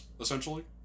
essentially